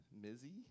Mizzy